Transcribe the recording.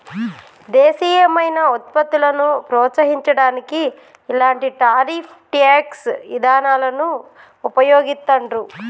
దేశీయమైన వుత్పత్తులను ప్రోత్సహించడానికి ఇలాంటి టారిఫ్ ట్యేక్స్ ఇదానాలను వుపయోగిత్తండ్రు